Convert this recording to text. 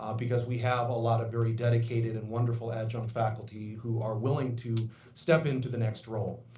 um because we have a lot of very dedicated and wonderful adjunct faculty who are willing to step into the next role.